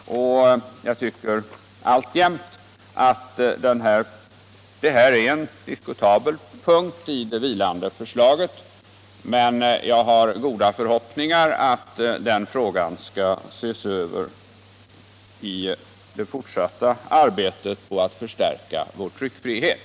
Jag tycker alltjämt att detta är en diskutabel punkt i det vilande förslaget, men jag har goda förhoppningar om att den frågan skall ses över i det fortsatta arbetet på att förstärka vår tryckfrihet.